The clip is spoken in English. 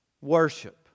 worship